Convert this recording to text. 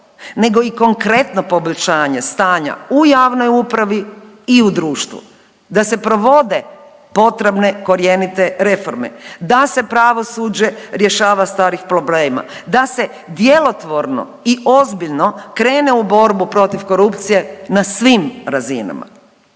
nego i konkretno poboljšanje stanja u javnoj upravi i u društvu. Da se provode potrebne korijenite reforme, da se pravosuđe rješava starih problema, da se djelotvorno i ozbiljno krene u borbu protiv korupcije na svim razinama.